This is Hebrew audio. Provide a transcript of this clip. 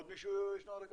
עוד מישהו ישנו על הקו?